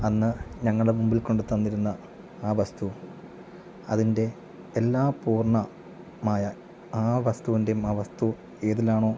അന്ന് ഞങ്ങളുടെ മുമ്പിൽ കൊണ്ട് തന്നിരുന്ന ആ വസ്തു അതിൻ്റെ എല്ലാ പൂർണ്ണമായ ആ വസ്തുവിൻ്റെ മാ വസ്തു ഏതിലാണോ